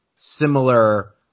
similar